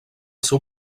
seu